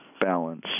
balance